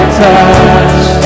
touch